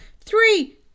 Three